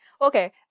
okay